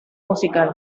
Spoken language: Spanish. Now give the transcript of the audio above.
musical